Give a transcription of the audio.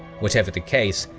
whatever the case,